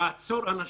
לעצור אנשים,